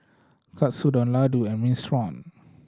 Katsudon Ladoo and Minestrone